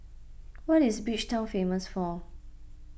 what is Bridgetown famous for